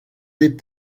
des